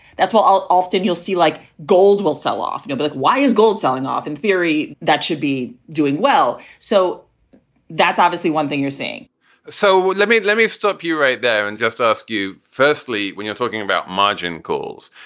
that's what i'll often you'll see, like gold will sell off. but like why is gold selling off? in theory, that should be doing well. so that's obviously one thing you're seeing so let me let me stop you right there and just ask you. firstly, when you're talking about margin calls,